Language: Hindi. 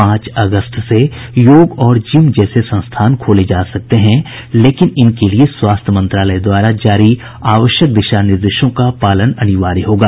पांच अगस्त से योग और जिम जैसे संस्थान खोले जा सकते हैं लेकिन इनके लिए स्वास्थ्य मंत्रालय द्वारा जारी आवश्यक दिशा निर्देशों का पालन अनिवार्य होगा